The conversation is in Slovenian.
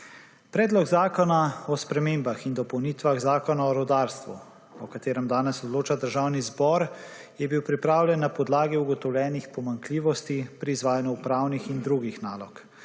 Predlog zakona o spremembah in dopolnitvah Zakona o rudarstvu, o katerem danes odloča Državni zbor, je bil pripravljen na podlagi ugotovljenih pomanjkljivosti pri izvajanju upravnih in drugih nalog,